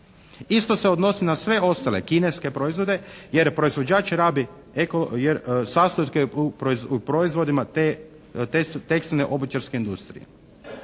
Isto se odnosi na sve ostale kineske proizvodi jer sastojke u proizvodima te su tekstilne obućarske industrije.